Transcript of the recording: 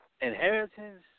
inheritance